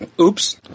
Oops